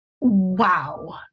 Wow